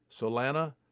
Solana